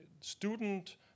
student